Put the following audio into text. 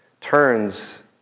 turns